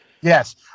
Yes